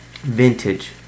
Vintage